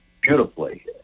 beautifully